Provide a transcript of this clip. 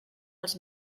els